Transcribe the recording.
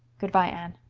good-bye, anne.